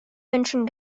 menschen